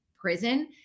prison